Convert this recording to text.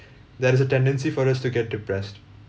there is a tendency for us to get depressed